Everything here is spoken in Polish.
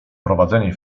prowadzenie